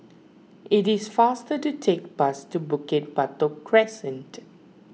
it is faster to take the bus to Bukit Batok Crescent